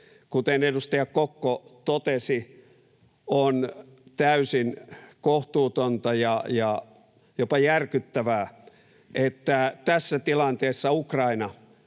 Kuten edustaja Kokko totesi, on täysin kohtuutonta ja jopa järkyttävää, että tässä tilanteessa Ukraina,